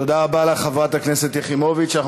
תודה רבה לך, חברת הכנסת יחימוביץ.